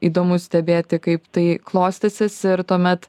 įdomu stebėti kaip tai klostysis ir tuomet